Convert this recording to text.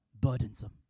burdensome